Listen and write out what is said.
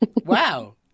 Wow